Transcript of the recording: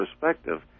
perspective